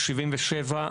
77,